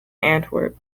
antwerp